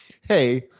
Hey